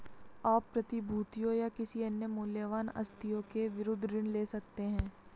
आप प्रतिभूतियों या किसी अन्य मूल्यवान आस्तियों के विरुद्ध ऋण ले सकते हैं